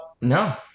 No